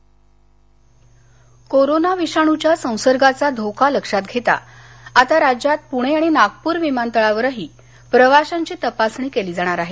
corona corona विषाणूच्या संसर्गाचा धोका लक्षात घेता आता राज्यात पूणे आणि नागपूर विमानतळावरही प्रवाशांची तपासणी केली जाणार आहे